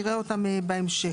נראה אותם בהמשך.